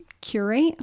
curate